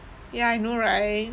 ya I know right